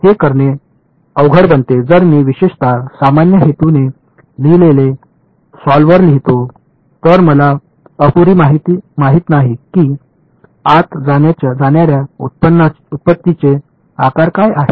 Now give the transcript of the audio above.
हे करणे अवघड बनते जर मी विशेषत सामान्य हेतूने लिहिलेले सॉल्व्हर लिहितो तर मला अपुरी माहित नाही की आत जाणाऱ्या उत्पत्तीचे आकार काय आहे